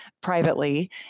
privately